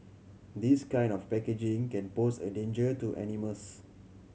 this kind of packaging can pose a danger to animals